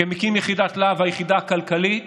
כמקים יחידת לה"ב, היחידה הכלכלית,